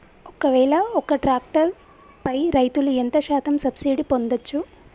ఒక్కవేల ఒక్క ట్రాక్టర్ పై రైతులు ఎంత శాతం సబ్సిడీ పొందచ్చు?